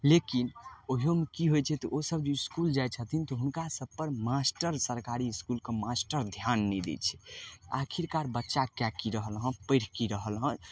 लेकिन ओहिओमे कि होइ छै तऽ ओसभ जे इसकुल जाइ छथिन तऽ हुनकासभपर मास्टर सरकारी इसकुलके मास्टर धिआन नहि दै छै आखिरकार बच्चा कै कि रहल हँ पढ़ि कि रहल हँ